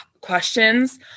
questions